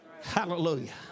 Hallelujah